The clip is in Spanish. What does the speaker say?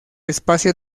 espacio